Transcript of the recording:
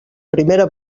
primera